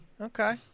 Okay